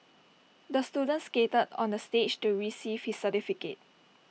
the student skated onto the stage to receive his certificate